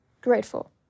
grateful